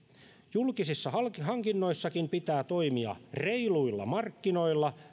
julkisissa hankinnoissakin pitää toimia reiluilla markkinoilla